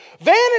Vanity